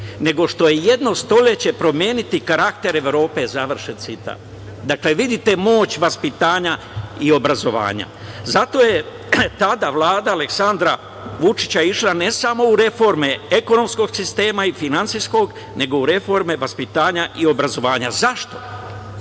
nego što je jedno stoleće promeniti karakter Evrope“, završen citat. Dakle, vidite moć vaspitanja i obrazovanja. Zato je tada Vlada Aleksandra Vučića išla ne samo u reforme ekonomskog sistema i finansijskog, nego u reforme vaspitanja i obrazovanja. Zašto?